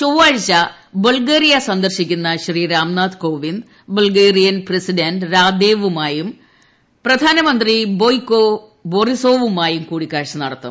ചൊവ്വാഴ്ച ബൾഗേറിയ സന്ദർശിക്കുന്ന Shri Ram Nath Kovind Bulgarian president രാദേവുമായും പ്രധാനമന്ത്രി ബോയ്കോ ബോറിസ്സോവുമായും കൂടിക്കാഴ്ച നടത്തും